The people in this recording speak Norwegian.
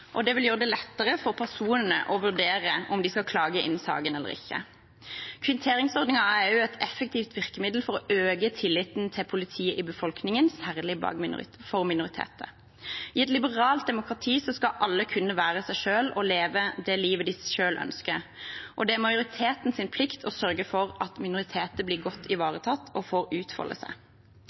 og det vil gjøre det lettere for personene å vurdere om de skal klage inn saken eller ikke. Kvitteringsordningen er også et effektivt virkemiddel for å øke tilliten til politiet i befolkningen, særlig for minoriteter. I et liberalt demokrati skal alle kunne være seg selv og leve det livet de selv ønsker, og det er majoritetens plikt å sørge for at minoriteter blir godt ivaretatt og får utfolde seg.